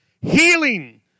Healing